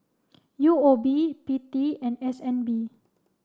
U O B P T and S N B